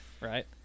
right